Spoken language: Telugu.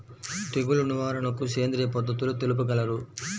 తెగులు నివారణకు సేంద్రియ పద్ధతులు తెలుపగలరు?